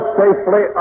safely